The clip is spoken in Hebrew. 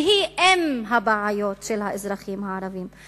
שהיא אם הבעיות של האזרחים הערבים.